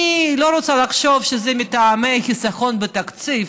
אני לא רוצה לחשוב שזה מטעמי חיסכון בתקציב.